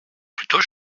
plutôt